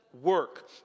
work